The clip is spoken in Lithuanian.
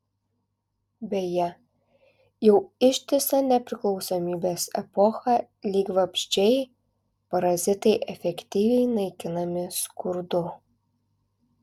beje jau ištisą nepriklausomybės epochą lyg vabzdžiai parazitai efektyviai naikinami skurdu